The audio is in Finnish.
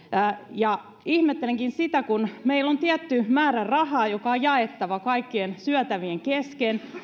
ja ihmettelenkin sitä että kun meillä on tietty määrä rahaa joka on jaettava kaikkien syövien kesken